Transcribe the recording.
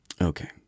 Okay